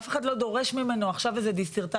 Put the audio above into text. אף אחד לא דורש ממנו עכשיו איזו דיסרטציה.